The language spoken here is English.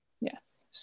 Yes